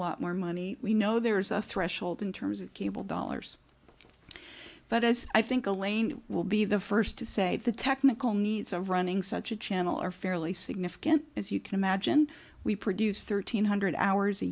lot more money we know there's a threshold in terms of cable dollars but as i think elaine will be the first to say the technical needs of running such a channel are fairly significant as you can imagine we produce thirteen hundred hours a